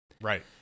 right